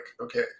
okay